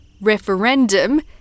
referendum